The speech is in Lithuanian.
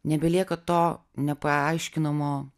nebelieka to nepaaiškinamo